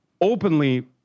openly